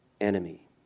enemy